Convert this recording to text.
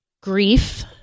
grief